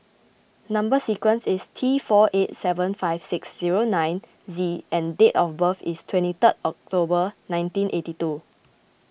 Number Sequence is T four eight seven five six zero nine Z and date of birth is twenty third October nineteen eighty two